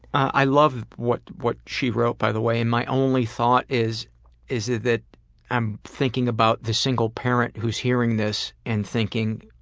i love what what she wrote, by the way, and my only is is ah that i'm thinking about the single parent who is hearing this and thinking,